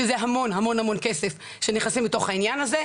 כי המון כסף נכנס לתוך העניין הזה,